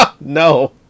No